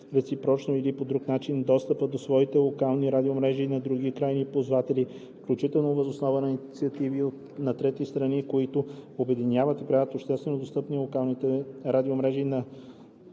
реципрочно или по друг начин достъп до своите локални радиомрежи на други крайни ползватели, включително въз основа на инициативи на трети страни, които обединяват и правят обществено достъпни локални радиомрежи на